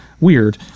weird